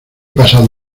pasado